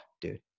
dude